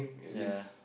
ya